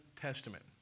Testament